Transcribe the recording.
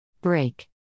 Break